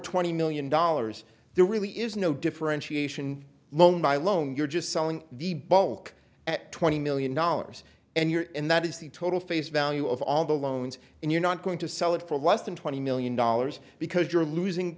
twenty million dollars there really is no differentiation moan my loan you're just selling the bulk at twenty million dollars and you're in that is the total face value of all the loans and you're not going to sell it for less than twenty million dollars because you're losing